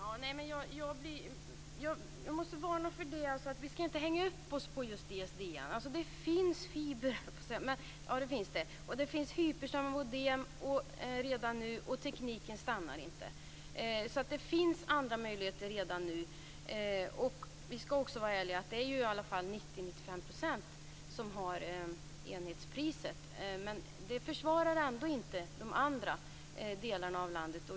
Fru talman! Jag måste varna för det här; vi skall inte hänga upp oss just på ISDN. Det finns redan nu fiber och hypersnabba modem, och tekniken stannar inte. Det finns alltså andra möjligheter redan nu. Vi skall också vara ärliga och se att det är 90-95 % som har enhetspriset, men det försvarar ändå inte priset i de andra delarna av landet.